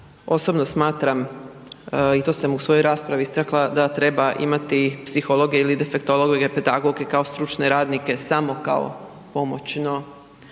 Osobno smatram i to sam u svojoj raspravi istakla, da treba imati psihologe ili defektologe ili pedagoge kao stručne radnike samo kao pomoćno,